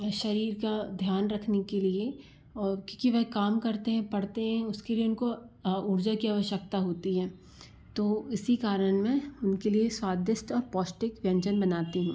शरीर का ध्यान रखने के लिए और क्योंकि वह काम करते हैं पढ़ते हैं उसके लिए उनको ऊर्जा की अवसकता होती है तो इसी कारण मैं उनके लिए स्वादिष्ट और पोष्टिक व्यंजन बनती हूँ